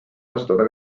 kasutada